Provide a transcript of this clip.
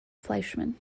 fleischmann